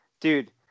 dude